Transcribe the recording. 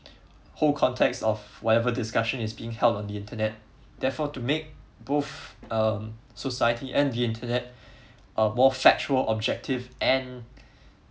whole contexts of whatever discussion is being held on the internet therefore to make both um society and the internet uh more factual objective and